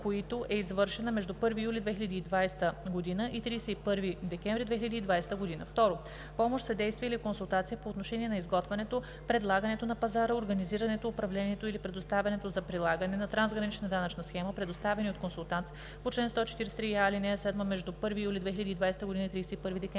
които е извършена между 1 юли 2020 г. и 31 декември 2020 г.; 2. помощ, съдействие или консултация по отношение на изготвянето, предлагането на пазара, организирането, управлението или предоставянето за прилагане на трансгранична данъчна схема, предоставени от консултант по чл. 143я¹, ал. 7 между 1 юли 2020 г. и 31 декември 2020 г.